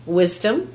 wisdom